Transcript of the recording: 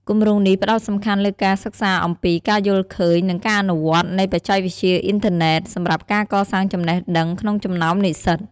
គម្រោងនេះផ្តោតសំខាន់លើការសិក្សាអំពី ការយល់ឃើញ និង ការអនុវត្ត នៃបច្ចេកវិទ្យាអ៊ីនធឺណេត សម្រាប់ការកសាងចំណេះដឹងក្នុងចំណោមនិស្សិត។